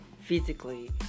physically